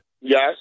Yes